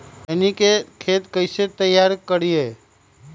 खैनी के खेत कइसे तैयार करिए?